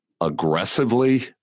aggressively